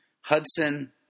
Hudson